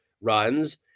runs